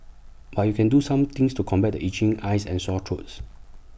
but you can do some things to combat itching eyes and sore throats